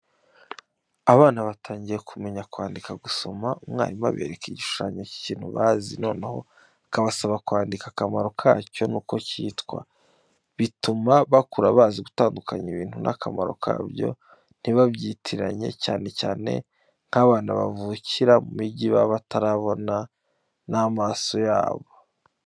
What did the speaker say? Abana batangiye kumenya kwandika no gusoma, umwarimu abereka igishushanyo cy'ikintu bazi, noneho akabasaba kwandika akamaro kacyo n'uko cyitwa. Bituma bakura bazi gutandukanya ibintu n'akamaro kabyo ntibabyitiranye, cyane cyane nk'abana bavukira mu mijyi baba batarabibona n'amaso yabo.